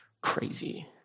crazy